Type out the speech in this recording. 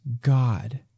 God